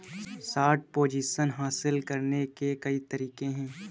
short position हासिल करने के कई तरीके हैं